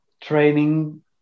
training